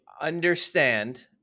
understand